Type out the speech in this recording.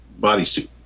bodysuit